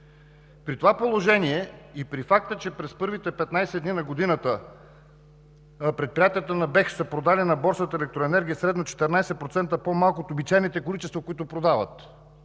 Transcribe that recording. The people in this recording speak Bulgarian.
При това положение и при факта, че през първите 15 дни на годината предприятията на БЕХ са продали на борсата електроенергия средно 14% по-малко от обичайните количества, които продават